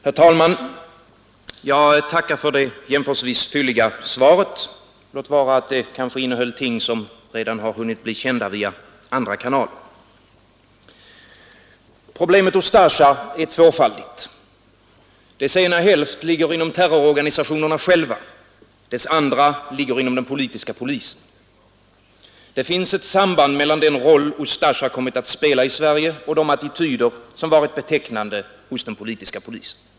Herr talman! Jag tackar för det jämförelsevis fylliga svaret — låt vara att det kanske innehöll ting som redan har hunnit bli kända via andra kanaler. Problemet Ustasja är tvåfaldigt. Dess ena hälft ligger inom terrororganisationerna själva, dess andra ligger inom den politiska polisen. Det finns ett samband mellan den roll Ustasja kommit att spela i Sverige och de attityder som varit betecknande för den politiska polisen.